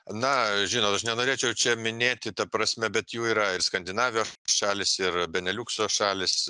na žinot aš nenorėčiau čia minėti ta prasme bet jų yra ir skandinavijos šalys ir beneliukso šalys